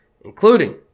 including